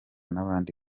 n’abandi